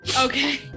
Okay